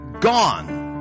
gone